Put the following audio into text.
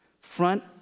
front